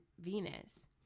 Venus